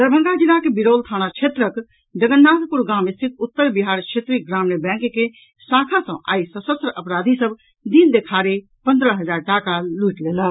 दरभंगा जिलाक बिरौल थाना क्षेत्रक जगन्नाथपुर गाम स्थित उत्तर बिहार क्षेत्रीय ग्रामीण बैंक के शाखा सॅ आइ सशस्त्र अपराधी सभ दिन देखारे पन्द्रह हजार टाका लूटि लेलक